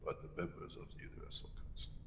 but the members of the universal council,